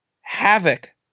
havoc